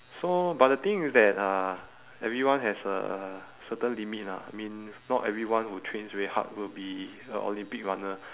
so but the thing is that uh everyone has a certain limit lah I mean not everyone who trains very hard will be a olympic runner